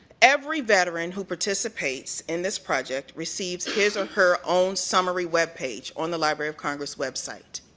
every veteran who participates in this project receives his or her own summary web page on the library of congress website.